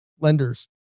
lenders